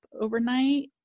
overnight